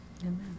Amen